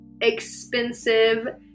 expensive